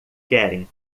querem